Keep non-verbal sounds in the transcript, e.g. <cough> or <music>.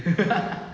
<laughs>